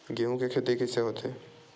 गेहूं के खेती कइसे होथे?